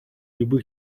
любых